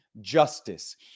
justice